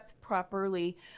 properly